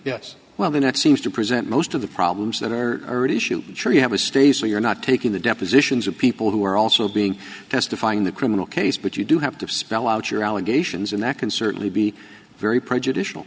yes well the next seems to present most of the problems that are already shoot sure you have a stay so you're not taking the depositions of people who are also being testifying in the criminal case but you do have to spell out your allegations and that can certainly be very prejudicial